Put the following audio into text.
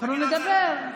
אנחנו נדבר.